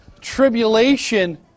tribulation